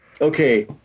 Okay